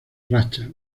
racha